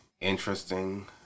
interesting